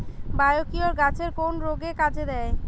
Biocure গাছের কোন রোগে কাজেদেয়?